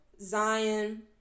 Zion